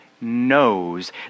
knows